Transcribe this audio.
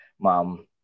mom